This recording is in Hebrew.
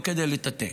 לא כדי לטאטא.